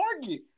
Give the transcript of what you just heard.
Target